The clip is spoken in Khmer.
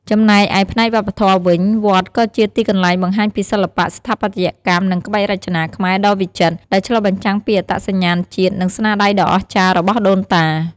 ចំណែកឯផ្នែកវប្បធម៌វិញ វត្តក៏ជា ទីកន្លែងបង្ហាញពីសិល្បៈ ស្ថាបត្យកម្ម និងក្បាច់រចនាខ្មែរ ដ៏វិចិត្រ ដែលឆ្លុះបញ្ចាំងពីអត្តសញ្ញាណជាតិ និងស្នាដៃដ៏អស្ចារ្យរបស់ដូនតា។